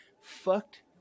Fucked